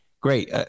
great